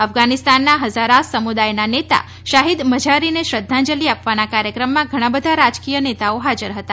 અફઘાનીસ્તાનના Hazaras સમુદાયના નેતા શહીદ મઝારીને શ્રધ્ધાંજલી આપવાના કાર્યક્રમમાં ઘણા બધા રાજકીય નેતાઓ હાજર હતા